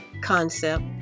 concept